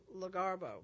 LaGarbo